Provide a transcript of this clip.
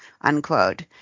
unquote